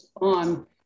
on